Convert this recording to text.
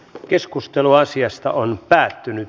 keskustelu päättyi